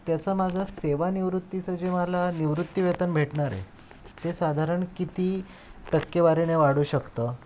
त्याचा माझा सेवानिवृत्तीचं जे मला निवृत्ती वेतन भेटणार आहे ते साधारण किती टक्केवारीने वाढू शकतं